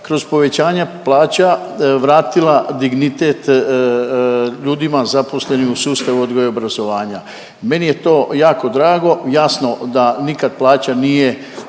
kroz povećanja plaća vratila dignitet ljudima zaposlenim u sustavu odgoja i obrazovanja. Meni je to jako drago, jasno da nikad plaća nije